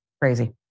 Crazy